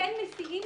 המון פעמים